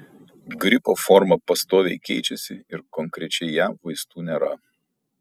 gripo forma pastoviai keičiasi ir konkrečiai jam vaistų nėra